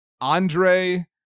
Andre